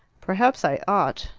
perhaps i ought.